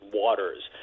waters